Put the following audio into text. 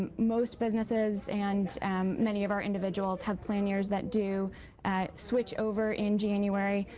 most businesses and many of our individuals have plan years that do switch over in january,